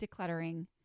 decluttering